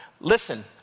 listen